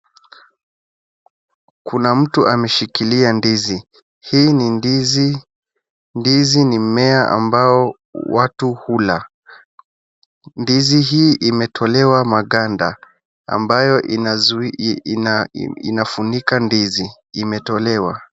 Kuna mtu ameshikilia ndizi hii ni ndizi, ndizi ni mmea ambao watu hula ndizi hii imetolewa maganda ambayo inafunika ndizi imetolewa.